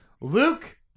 Luke